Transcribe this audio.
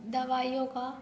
दवाइयों का